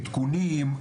עדכונים,